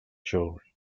children